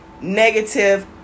negative